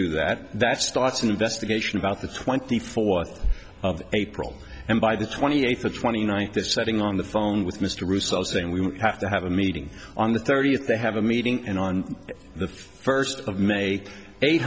do that that starts an investigation about the twenty fourth of april and by the twenty eighth of twenty ninth this setting on the phone with mr russo saying we have to have a meeting on the thirtieth they have a meeting and on the first of may eight